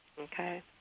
Okay